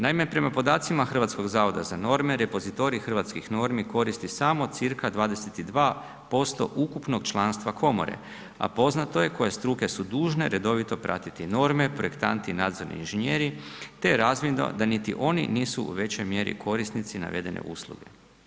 Naime, prema podacima Hrvatskog zavoda za norme, repozitorij hrvatskih normi koristi samo cirka 22% ukupnog članstva komore, a poznato je koje struke su dužne redovito pratiti norme, projektanti i nadzorni inženjeri, te je razvidno da niti oni nisu u većoj mjeri korisnici navedene usluge.